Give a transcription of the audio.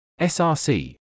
src